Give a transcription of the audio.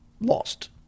lost